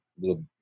little